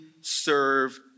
serve